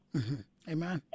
Amen